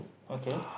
okay